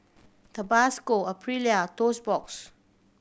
Tabasco Aprilia Toast Box